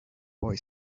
boy